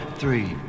three